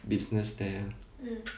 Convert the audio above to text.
business there